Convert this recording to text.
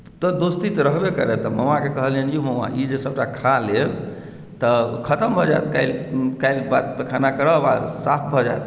तऽ दोस्ती तऽ रहबै करय तऽ मामाकेँ कहलियनि जे यौ मामा ई जे सभटा खा लेब तऽ खतम भऽ जायत काल्हि काल्हि पैखाना करब आ साफ भऽ जायत